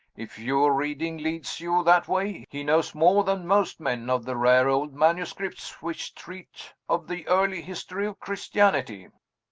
if your reading leads you that way, he knows more than most men of the rare old manuscripts which treat of the early history of christianity.